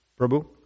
Prabhu